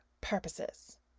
purposes